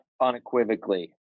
unequivocally